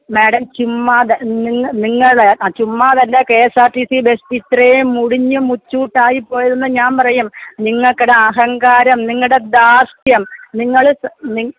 madam ചുമ്മാതെ നിങ്ങ നിങ്ങള് ആ ചുമ്മാതല്ല K S R T C bus ഇത്രയും മുടിഞ്ഞ് മൂച്ചൂട്ടായി പോയതെന്ന് ഞാൻ പറയും നിങ്ങക്ക്ടെ അഹങ്കാരം നിങ്ങളുടെ ധാര്ഷ്ഠ്യം നിങ്ങള് നിങ്